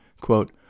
quote